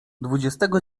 dwudziestego